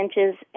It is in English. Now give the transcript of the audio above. inches